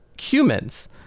humans